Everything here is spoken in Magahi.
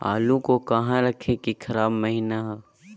आलू को कहां रखे की खराब महिना हो?